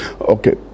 okay